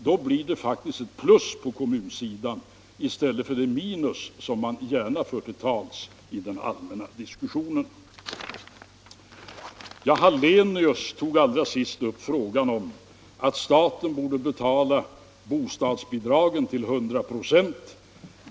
Då blir det faktiskt ett plus på kommunsidan i stället för det minus som man så gärna talar om i den allmänna diskussionen. Herr Hallenius tog allra sist upp frågan om att staten borde betala bostadsbidragen till 100 26.